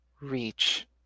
reach